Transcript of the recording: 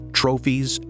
trophies